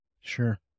Sure